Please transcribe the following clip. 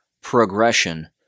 progression